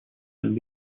and